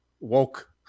woke